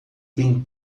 bem